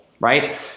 right